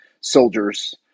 soldiers